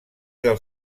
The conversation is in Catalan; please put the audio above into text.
del